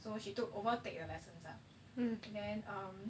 so she took over take the lessons ah and then um